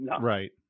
Right